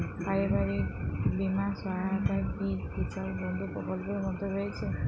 পারিবারিক বীমা সহায়তা কি কৃষক বন্ধু প্রকল্পের মধ্যে রয়েছে?